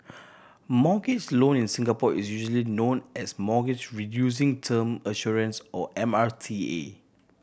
mortgage loan in Singapore is usually known as Mortgage Reducing Term Assurance or M R T A